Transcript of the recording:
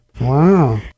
Wow